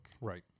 Right